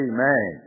Amen